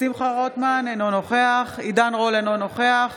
שמחה רוטמן, אינו נוכח עידן רול, אינו נוכח